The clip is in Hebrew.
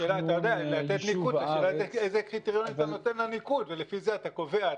השאלה היא איזה קריטריונים אתה נותן לניקוד ולפי זה אתה קובע.